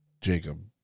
Jacob